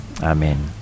Amen